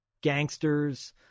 gangsters